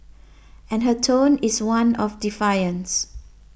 and her tone is one of defiance